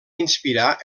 inspirar